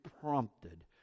prompted